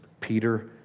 Peter